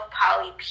poly